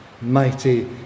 mighty